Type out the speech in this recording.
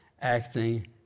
acting